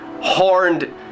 horned